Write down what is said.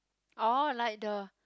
orh like the